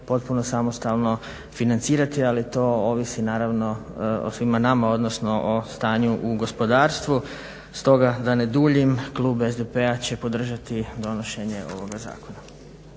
potpuno samostalno financirati, ali to ovisi naravno o svima nama, odnosno o stanju u gospodarstvu. Stoga da ne duljim klub SDP-a će podržati donošenje ovoga zakona.